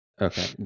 Okay